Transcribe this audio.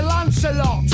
Lancelot